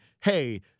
hey